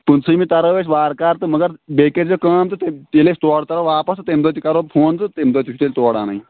پٕنٛژہٲیمہِ تَرو أسۍ وارکار تہٕ مگر بیٚیہِ کٔرۍزیو کٲم تہٕ تہٕ ییٚلہِ أسۍ تورٕ تَرو واپَس تہٕ تَمہِ دۄہ تہِ کَرو بہٕ فون تہٕ تَمہِ دۄہ تہِ چھُو تیٚلہِ تورٕ اَنٕنۍ